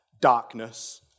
darkness